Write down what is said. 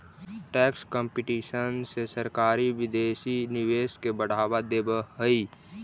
tax competition से सरकारी विदेशी निवेश के बढ़ावा देवऽ हई